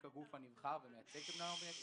כגוף הנבחר ומייצג את בני הנוער בישראל.